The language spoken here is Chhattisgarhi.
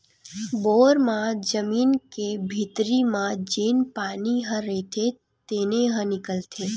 बोर म जमीन के भीतरी म जेन पानी ह रईथे तेने ह निकलथे